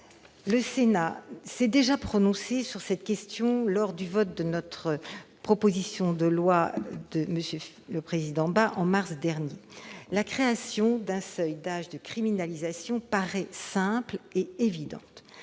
Le Sénat s'est déjà prononcé sur cette question lors du vote de la proposition de loi de notre collègue Philippe Bas en mars dernier. La création d'un seuil d'âge de criminalisation paraît simple et évidente.